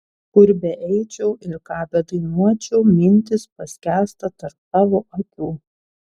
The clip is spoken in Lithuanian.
kur beeičiau ir ką bedainuočiau mintys paskęsta tarp tavo akių